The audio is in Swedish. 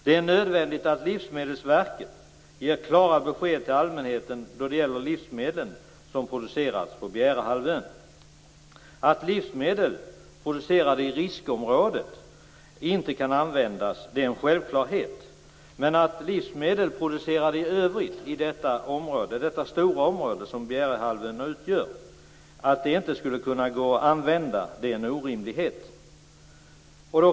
Det är nödvändigt att Livsmedelsverket ger klara besked till allmänheten när det gäller de livsmedel som producerats på Bjärehalvön. Att livsmedel producerade i riskområdet inte kan användas är en självklarhet. Men att livsmedel producerade i det stora område i övrigt som Bjärehalvön utgör inte skulle kunna gå att använda är en orimlighet.